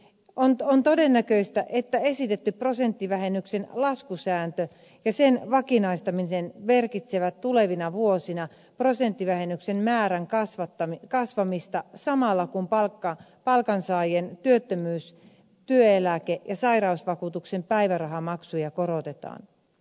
on todennäköistä että esitetty prosenttivähennyksen laskusääntö ja sen vakinaistaminen merkitsevät tulevina vuosina prosenttivähennyksen määrän kasvamista samalla kun palkansaajien työttömyys työeläke ja sairausvakuutuksen päivärahamaksuja korotetaan